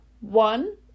One